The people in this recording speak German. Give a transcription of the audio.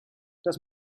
das